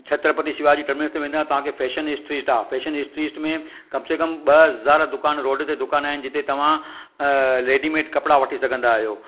Chhatrapati Shivaji terminals ते वेंदा तव्हांखे फ़ैशन स्ट्रीट आहे फ़ैशन स्ट्रीट में कमु से कमु ॿ हज़ार दुकान रोड ते दुकान आहिनि जिते तव्हां रेडीमेड कपिड़ा वठी सघंदा आहियो